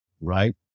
right